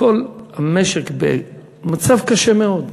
כל המשק במצב קשה מאוד,